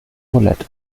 roulette